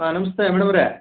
ಹಾಂ ನಮಸ್ತೆ ಮೇಡಮ್ ಅವರೇ